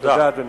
תודה, אדוני.